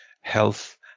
health